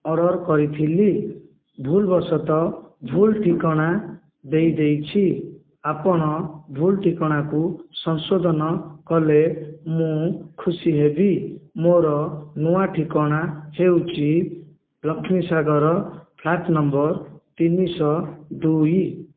order କରିଥିଲି ଭୁଲ ବଶତଃ ଭୁଲ ଠିକଣା ଦେଇଦେଇଛି ଆପଣ ଭୁଲ ଠିକଣାକୁ ସଂଶୋଧନ କଲେ ମୁଁ ଖୁସି ହେବି ମୋର ନୂଆ ଠିକଣା ହେଉଛି ଲକ୍ଷ୍ମୀ ସାଗର ଫ୍ଲାଟ୍ ନମ୍ବର ତିନିଶହ ଦୁଇ